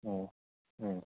ꯎꯝ ꯎꯝ